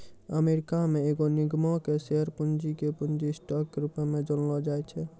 America मे एगो निगमो के शेयर पूंजी के पूंजी स्टॉक के रूपो मे जानलो जाय छै